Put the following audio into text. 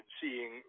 seeing